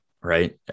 Right